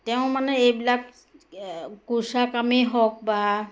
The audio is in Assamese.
তেওঁ মানে এইবিলাক কোৰ্চা কামেই হওক বা